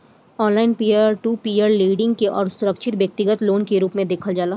online peer to peer lending के असुरक्षित व्यतिगत लोन के रूप में देखल जाला